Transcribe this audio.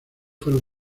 fueron